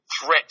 threat